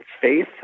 faith